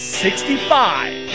sixty-five